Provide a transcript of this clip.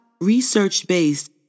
research-based